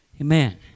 Amen